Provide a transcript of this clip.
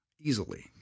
easily